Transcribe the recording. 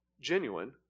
genuine